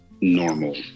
normal